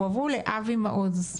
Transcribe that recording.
הועברו לאבי מעוז,